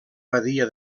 badia